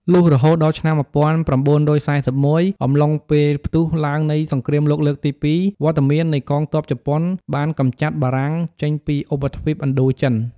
លុះរហូតដល់ឆ្នាំ ១៩៤១ អំឡុងពេលផ្ទុះឡើងនៃ សង្គ្រាមលោកលើកទី២វត្តមាននៃកងទ័ព ជប៉ុន បានកំចាត់បារាំងចេញពីឧបទ្វីបឥណ្ឌូចិន ។